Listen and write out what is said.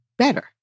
better